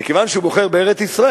וכיוון שהוא בוחר בארץ-ישראל,